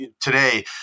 today